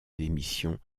démission